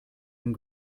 and